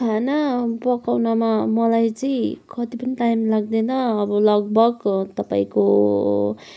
खाना पकाउनमा मलाई चाहिँ कति पनि टाइम लाग्दैन अब लगभग तपाईँको